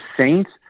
saints